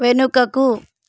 వెనుకకు